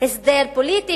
הסדר פוליטי,